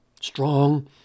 strong